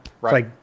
Right